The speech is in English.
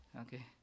Okay